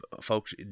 folks